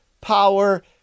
power